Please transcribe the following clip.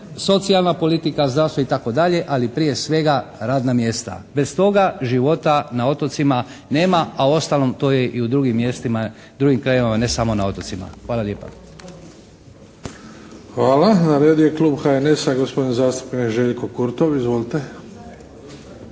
socijalna politika, zdravstvo itd. ali prije svega radna mjesta. Bez toga života na otocima nema. A uostalom to je i u drugim mjestima, drugim krajevima, ne samo na otocima. Hvala lijepa.